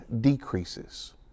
decreases